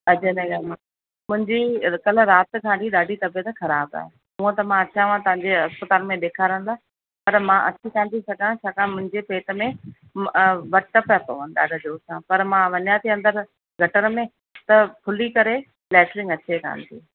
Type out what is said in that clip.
अजय नगर मां मुंहिंजी कल्ह राति खां वठी ॾाढी तबियत ख़राबु आहे हूअं त मां अचां हा तव्हांजे अस्पतालि में ॾेखारण लाइ पर मां अची कान थी सघां छाकाणि मुंहिंजे पेट में वटि पिया पवनि ॾाढा ज़ोर सां पर मां वञा थी अंदरि गटर में त खुली करे लैटिरिन अचे कान थी